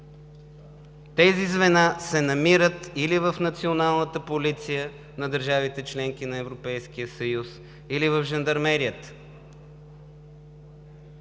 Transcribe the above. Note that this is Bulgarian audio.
Тези звена се намират или в националната полиция на държавите – членки на Европейския съюз, или в Жандармерията.